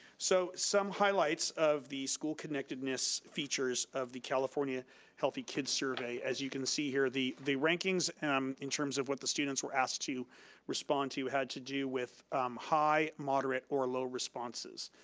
so some highlights of the school connectedness features of the california healthy kids survey, as you can see here, the the rankings um in terms of what the students were asked to respond to, had to do with high, moderate, or low responses,